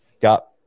got